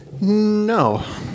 No